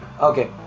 Okay